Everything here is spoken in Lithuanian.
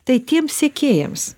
tai tiems sekėjams